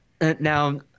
now